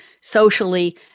socially